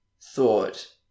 thought